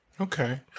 Okay